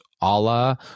Allah